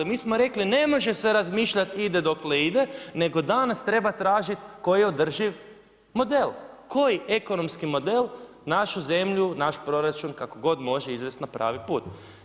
Mi smo rekli ne može se razmišljati ide dokle ide, nego danas treba tražit koji je održiv model, koji ekonomski model našu zemlju, naš proračun kako god može izvest na pravi put.